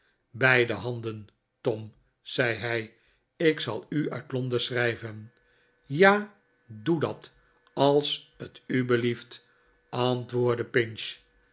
beide handen tom zei hij ik zal u uit londen schrijven tj ja doe dat als t u belieft antwoordde pinch